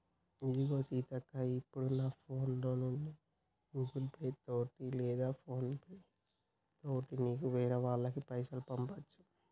ఇదిగో సీతక్క ఇప్పుడు నా ఫోన్ లో నుండి గూగుల్ పే తోటి లేదా ఫోన్ పే తోటి నీకు వేరే వాళ్ళకి పైసలు పంపొచ్చు